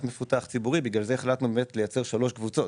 ציבורי, לכן החלטנו לייצר שלוש קבוצות.